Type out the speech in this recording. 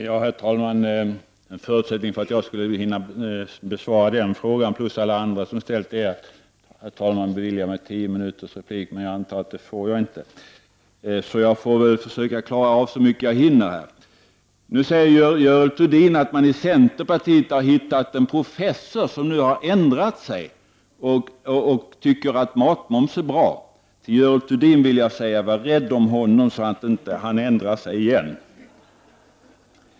Herr talman! En förutsättning för att jag skulle hinna besvara den frågan 55 samt alla de andra som ställts är att herr talmannen beviljar mig tio minuters repliktid, men jag antar att jag inte får det. Jag får väl i stället försöka klara av att besvara så många frågor som jag hinner. Görel Thurdin säger att centerpartiet har hittat en professor som har ändrat uppfattning och nu tycker att matmoms är bra. Till Görel Thurdin vill jag säga: Var rädd om honom, så att han inte ändrar ståndpunkt igen!